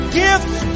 gifts